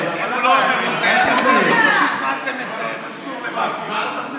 הזמנתם את מנסור לבלפור.